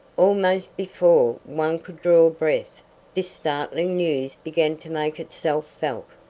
almost before one could draw breath this startling news began to make itself felt.